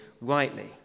rightly